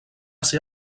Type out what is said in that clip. ser